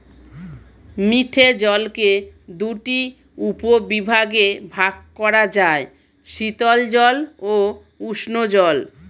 মিঠে জলকে দুটি উপবিভাগে ভাগ করা যায়, শীতল জল ও উষ্ঞ জল